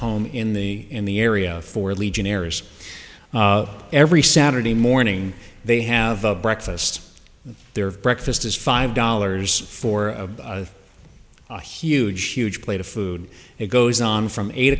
home in the in the area for legionnaires every saturday morning they have a breakfast their breakfast is five dollars for a huge huge plate of food it goes on from eight